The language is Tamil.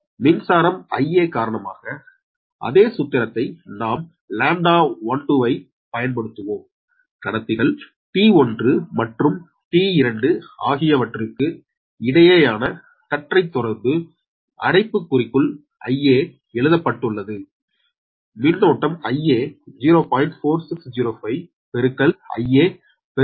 மின்சாரம் Ia காரணமாக அதே சூத்திரத்தை நாம் λ12 ஐப் பயன்படுத்துவோம் கடத்திகள் T1 மற்றும் T2 ஆகியவற்றுக்கு இடையேயான கற்றைத் தொடர்பு அடைப்புக்குறிக்குள் Ia எழுதப்பட்டுள்ளது மின்சாரம் Ia 0